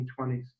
1920s